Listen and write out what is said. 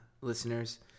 listeners